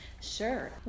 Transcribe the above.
Sure